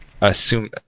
assume